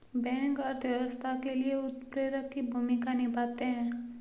bank अर्थव्यवस्था के लिए उत्प्रेरक की भूमिका निभाते है